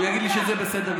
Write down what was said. הוא יגיד לי שזה בסדר גמור.